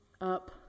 up